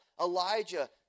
Elijah